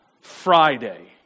Friday